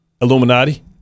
Illuminati